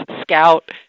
Scout